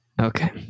Okay